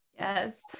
Yes